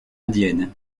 indienne